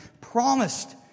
Promised